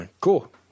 Cool